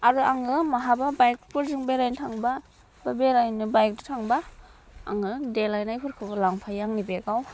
आरो आङो माहाबा बाइकफोरजो बेरायनो थाङोब्ला बेरायनो बाइकदो थाङोब्ला आङो देलायनायफोरखो लांफायो आंनि बेगाव